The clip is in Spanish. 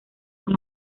son